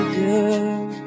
good